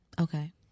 Okay